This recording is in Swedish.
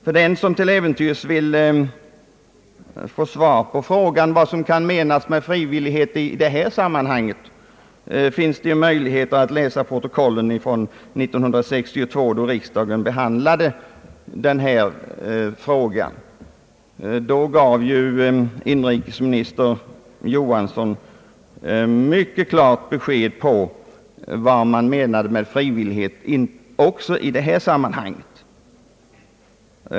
För den som till äventyrs vill få svar på frågan vad som menas med frivillighet i detta sammanhang finns möjlighet att läsa protokollen från 1962, då riksdagen behandlade denna fråga. Då gav inrikesminister Johansson mycket klart besked om vad man menade med frivillighet också i detta avseen de.